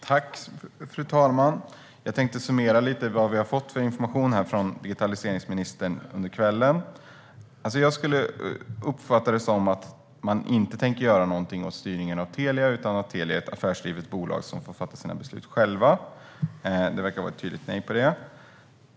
Fru talman! Jag tänkte summera lite vad vi har fått för information från digitaliseringsministern under kvällen. Jag skulle uppfatta det som att man inte tänker göra någonting åt styrningen av Telia utan att Telia är ett affärsdrivet bolag som får fatta sina beslut självt. Det verkar vara ett tydligt nej där.